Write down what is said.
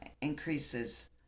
increases